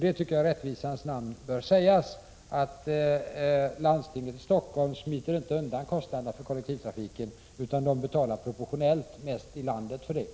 Det bör i rättvisans namn sägas att landstinget i Stockholm inte smiter undan kostnaderna för kollektivtrafiken utan betalar proportionellt sett mest i landet för den.